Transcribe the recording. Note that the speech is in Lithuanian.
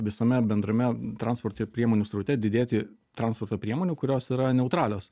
visame bendrame transporte priemonių sraute didėti transporto priemonių kurios yra neutralios